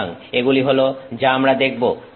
সুতরাং এগুলি হল যা আমরা দেখব